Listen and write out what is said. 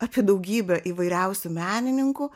apie daugybę įvairiausių menininkų